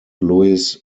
louis